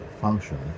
function